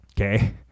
Okay